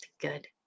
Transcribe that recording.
good